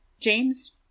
James